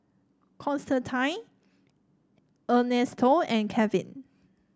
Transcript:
Constantine Ernesto and Kevin